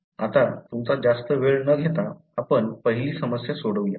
आता तुमचा जास्त वेळ न घेता आपण पहिली समस्या सोडवुया